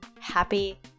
happy